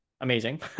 amazing